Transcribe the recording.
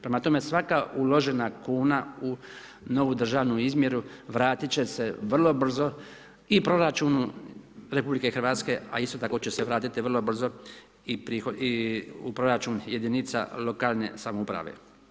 Prema tome, svaka uložena kuna u novu državnu izmjeru vratiti će se vrlo brzo i proračunu RH, a isto tako će se vratiti vrlo brzo i u proračun jedinica lokalne samouprave.